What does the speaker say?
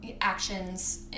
actions